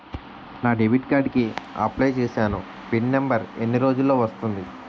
నా debit card కి apply చూసాను పిన్ నంబర్ ఎన్ని రోజుల్లో వస్తుంది?